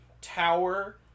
tower